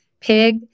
pig